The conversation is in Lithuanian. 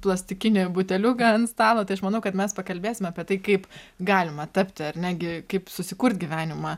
plastikinį buteliuką ant stalo tai aš manau kad mes pakalbėsim apie tai kaip galima tapti ar ne gi kaip susikurt gyvenimą